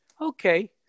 okay